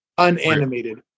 unanimated